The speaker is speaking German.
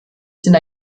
sind